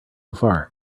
far